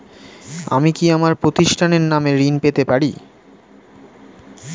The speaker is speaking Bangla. আমি কি আমার প্রতিষ্ঠানের নামে ঋণ পেতে পারি?